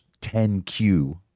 10Q